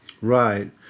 Right